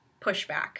pushback